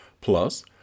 Plus